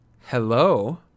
hello